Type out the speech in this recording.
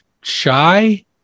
shy